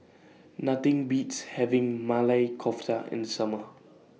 Nothing Beats having Maili Kofta in The Summer